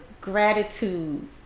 gratitude